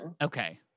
okay